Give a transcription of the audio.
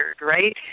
right